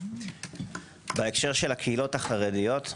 בהקשר הקהילות החרדיות,